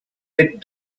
bit